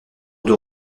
deux